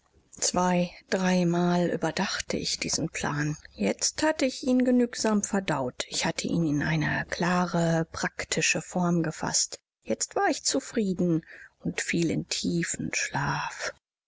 zwei dreimal überdachte ich diesen plan jetzt hatte ich ihn genügsam verdaut ich hatte ihn in eine klare praktische form gefaßt jetzt war ich zufrieden und fiel in tiefen schlaf